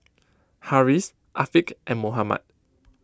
Harris Afiq and Muhammad